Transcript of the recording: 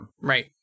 Right